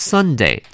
Sunday